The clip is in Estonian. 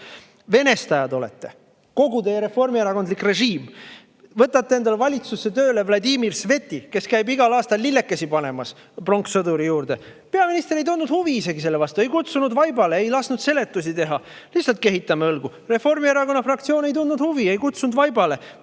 Venestajad olete – kogu teie reformierakondlik režiim! Võtate endale valitsusse tööle Vladimir Sveti, kes käib igal aastal lillekesi panemas pronkssõduri juurde. Peaminister ei tundnud huvi isegi selle vastu, ei kutsunud vaibale, ei lasknud seletusi teha. Lihtsalt kehitame õlgu. Reformierakonna fraktsioon ei tundnud huvi, ei kutsunud vaibale